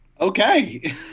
okay